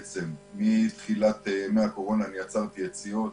מתחילת הקורונה אני עצרתי יציאות.